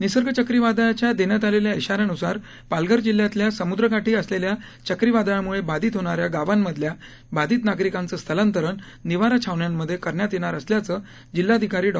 निसर्ग चक्रीवादळाच्या देण्यात आलेल्या इशाऱ्यान्सार पालघर जिल्ह्यातल्या समुद्रकाठी असलेल्या चक्रीवादळामुळे बाधीत होणाऱ्या गावांमधल्या बाधीत नागरिकांचं स्थलांतरण निवारा छावण्यांमध्ये करण्यात येणार असल्याचं जिल्हाधिकारी डॉ